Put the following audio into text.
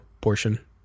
portion